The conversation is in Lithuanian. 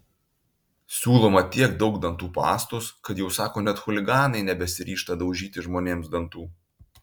siūloma tiek daug dantų pastos kad jau sako net chuliganai nebesiryžta daužyti žmonėms dantų